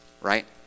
right